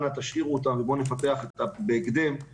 אנא תשאירו אותם ובואו נפתח איתם פתרונות